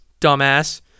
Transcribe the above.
dumbass